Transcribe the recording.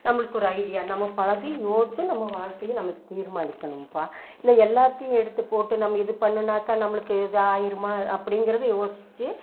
நம்மளுக்கு ஒரு ஐடியா நம்ம பல இதையும் யோசித்து நம்ம வாழ்க்கையை நம்ம தீர்மானிக்கணும்பா இதை எல்லாத்தையும் எடுத்து போட்டு நம்ம இது பண்ணுனாக்கா நம்மளுக்கு இதாக ஆயிருமா அப்படிங்கிறது யோசித்து